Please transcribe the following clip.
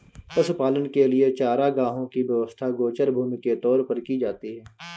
पशुपालन के लिए चारागाहों की व्यवस्था गोचर भूमि के तौर पर की जाती है